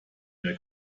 der